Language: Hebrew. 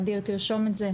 אדיר תרשום את זה,